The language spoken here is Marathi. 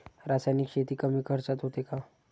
रासायनिक शेती कमी खर्चात होते का?